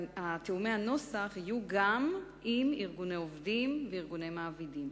תיאומי הנוסח יהיו גם עם ארגוני עובדים וארגוני מעבידים.